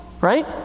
right